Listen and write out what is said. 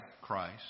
Christ